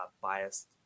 biased